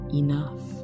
enough